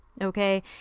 Okay